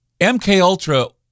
MKUltra